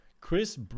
Chris